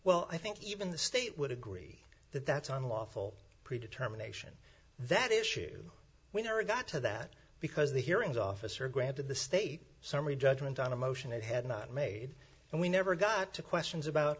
well i think even the state would agree that that's unlawful pre determination that issue we never got to that because the hearings officer granted the state summary judgment on a motion it had not made and we never got to questions about